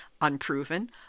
unproven